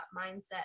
mindset